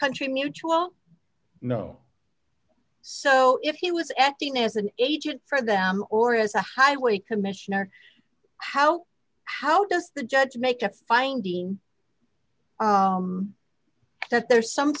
country mutual no so if he was acting as an agent for them or as a highway commissioner how how does the judge make a finding that there's some